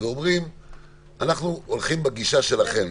אומרים אנחנו הולכים בגישה שלכם,